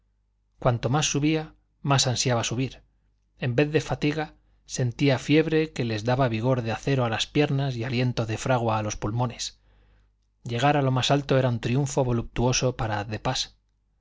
cuanto más subía más ansiaba subir en vez de fatiga sentía fiebre que les daba vigor de acero a las piernas y aliento de fragua a los pulmones llegar a lo más alto era un triunfo voluptuoso para de pas